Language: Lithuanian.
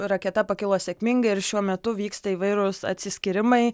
raketa pakilo sėkmingai ir šiuo metu vyksta įvairūs atsiskyrimai